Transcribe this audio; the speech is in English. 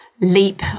leap